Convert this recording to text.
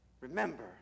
Remember